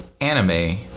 anime